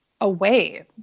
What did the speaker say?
away